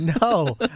No